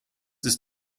ist